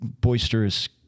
boisterous